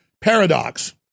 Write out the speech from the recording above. paradox